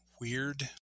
weird